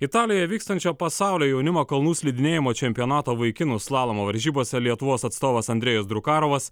italijoje vykstančio pasaulio jaunimo kalnų slidinėjimo čempionato vaikinų slalomo varžybose lietuvos atstovas andrejus drukarovas